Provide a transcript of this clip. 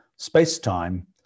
space-time